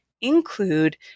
include